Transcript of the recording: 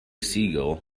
siegel